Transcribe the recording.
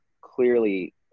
clearly